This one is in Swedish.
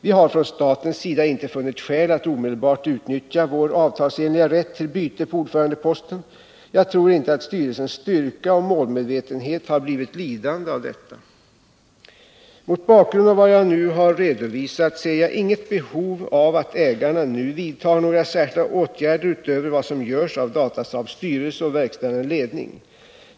Vi har från statens sida inte funnit skäl att omedelbart utnyttja vår avtalsenliga rätt till byte på ordförandeposten. Jag tror inte att styrelsens styrka och målmedvetenhet har blivit lidande av detta. Mot bakgrund av vad jag nu har redovisat ser jag inget behov av att ägarna nu vidtar några särskilda åtgärder utöver vad som görs av Datasaabs styrelse och verkställande ledning.